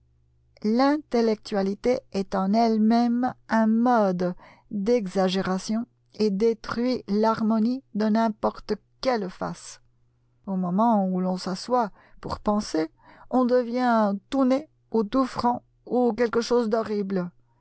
l'intellectualité est en elle-même un mode d'exagération et détruit l'harmonie de n'importe quelle face au moment où l'on s'assoit pour penser on devient tout nez ou tout front ou quelque chose d'horrible